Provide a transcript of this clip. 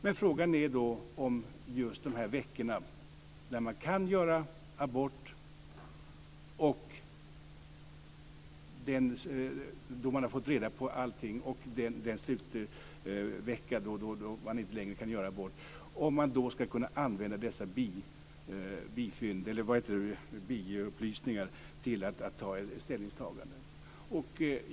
Men frågan handlar just om de här veckorna när kvinnan kan göra abort, när hon har fått reda på allting, och den vecka då hon inte längre kan göra abort, om hon då ska kunna använda just dessa biupplysningar för att göra ett ställningstagande.